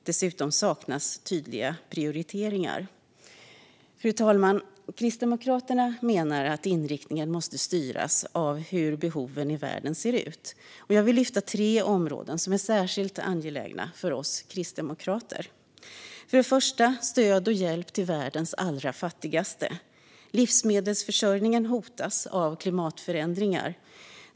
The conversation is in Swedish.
Dessutom saknas tydliga prioriteringar. Fru talman! Kristdemokraterna menar att inriktningen måste styras av hur behoven i världen ser ut. Jag vill lyfta tre områden som är särskilt angelägna för oss kristdemokrater. För det första behövs stöd och hjälp till världens allra fattigaste. Livsmedelsförsörjningen hotas av klimatförändringar.